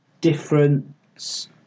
difference